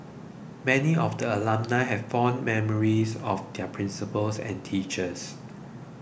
many of the alumnae have fond memories of their principals and teachers